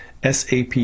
SAP